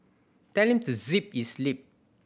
tell him to zip his lip